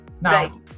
Now